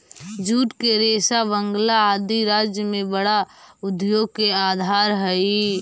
jute के रेशा बंगाल आदि राज्य में बड़ा उद्योग के आधार हई